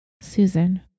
Susan